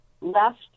left